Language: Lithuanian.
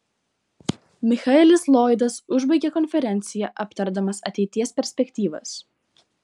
michaelis lloydas užbaigė konferenciją aptardamas ateities perspektyvas